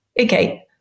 Okay